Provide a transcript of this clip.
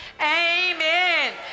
Amen